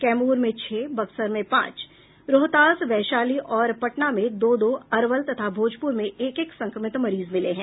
कैमूर में छह बक्सर में पांच रोहतास वैशाली और पटना में दो दो अरवल तथा भोजपुर में एक एक संक्रमित मरीज मिले हैं